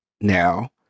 Now